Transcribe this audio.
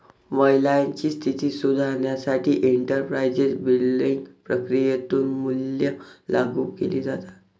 महिलांची स्थिती सुधारण्यासाठी एंटरप्राइझ बिल्डिंग प्रक्रियेतून मूल्ये लागू केली जातात